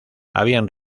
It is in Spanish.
habían